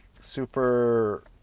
Super